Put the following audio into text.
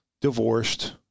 divorced